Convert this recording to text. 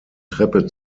treppe